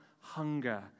hunger